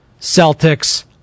Celtics